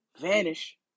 vanish